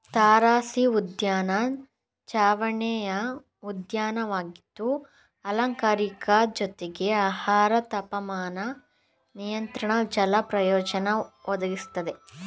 ತಾರಸಿಉದ್ಯಾನ ಚಾವಣಿಯ ಉದ್ಯಾನವಾಗಿದ್ದು ಅಲಂಕಾರಿಕ ಜೊತೆಗೆ ಆಹಾರ ತಾಪಮಾನ ನಿಯಂತ್ರಣ ಜಲ ಪ್ರಯೋಜನ ಒದಗಿಸ್ತದೆ